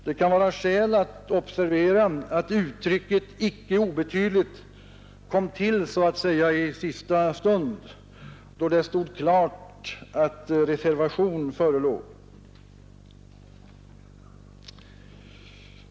Det kan vara skäl att observera att uttrycket ”icke obetydligt” kom till så att säga i sista stund, då det stod klart att reservation förelåg.